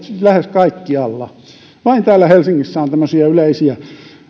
lähes kaikkialla kunnan kulttuuripalvelut vain täällä helsingissä on merkittävästi tämmöisiä yleisiä